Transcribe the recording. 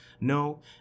No